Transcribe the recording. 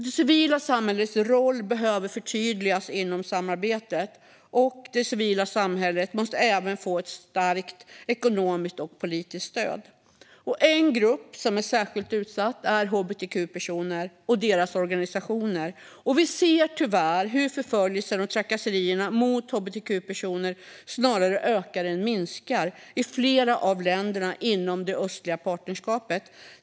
Det civila samhällets roll behöver förtydligas inom samarbetet. Det civila samhället måste även få ett starkt ekonomiskt och politiskt stöd. En grupp som är särskilt utsatt är hbtq-personer och deras organisationer. Vi ser tyvärr hur förföljelse av och trakasserier mot hbtq-personer snarare ökar än minskar i flera av länderna inom det östliga partnerskapet.